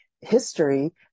history